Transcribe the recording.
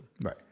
right